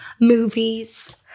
Movies